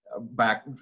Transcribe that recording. back